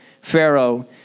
Pharaoh